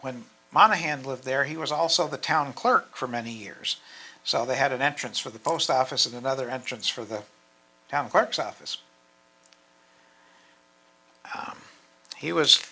d monaghan live there he was also the town clerk for many years so they had an entrance for the post office and another entrance for the town parks office he was